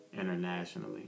internationally